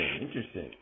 Interesting